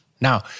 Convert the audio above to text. Now